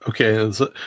Okay